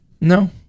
No